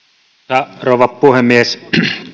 arvoisa rouva puhemies